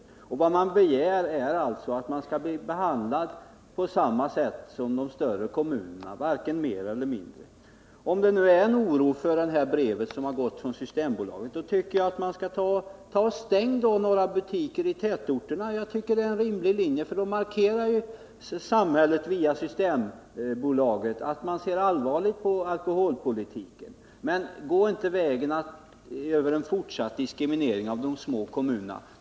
Vad de mindre kommunerna begär är alltså att de skall bli behandlade på samma sätt som de större — varken mer eller mindre. Om det nu är så att det här brevet från Systembolaget har skapat oro, då tycker jag att man skall stänga några butiker i tätorterna. Det är en rimlig linje, för med en sådan åtgärd markerar samhället att man ser allvarligt på alkoholpolitiken. Men gå inte vägen över en fortsatt diskriminering av de små kommunerna!